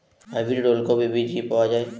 Hybrid ওলকফি বীজ কি পাওয়া য়ায়?